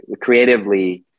creatively